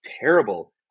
terrible